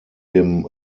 dem